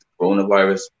coronavirus